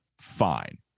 fine